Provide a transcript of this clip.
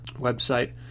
website